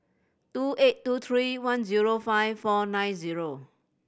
two eight two three one zero five four nine zero